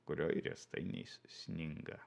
kurioj riestainiais sninga